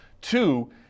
two